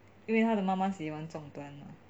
因为他的妈妈喜欢种 plant mah